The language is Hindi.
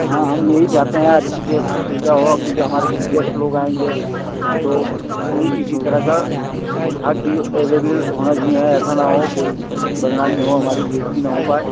हाँ हम यही चाहते हैं अच्छी से अच्छी सुविधा हो क्योंकि हमारे कुछ गेस्ट लोग आएँगे तो कोई किसी तरह का हर चीज अलेबिल होना चाहिए ऐसा न हो कोई बदनामी हो हमारी बेइज्ज़ती ना हो पाए